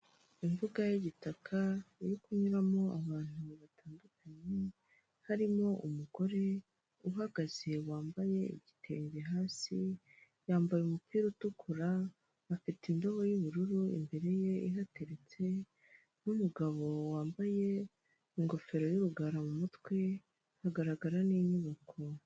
Imbuga y'igitaka iri kunyuramo abantu batandukanye, harimo umugore uhagaze wambaye igitenge hasi, yambaye umupira utukura, afite indobo y'ubururu imbere ye ihatetse n'umugabo wambaye ingofero y'urugara mu mutwe, hagaragara n'inyubako.